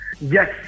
Yes